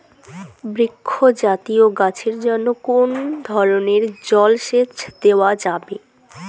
বৃক্ষ জাতীয় গাছের জন্য কোন ধরণের জল সেচ দেওয়া যাবে?